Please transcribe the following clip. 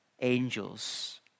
angels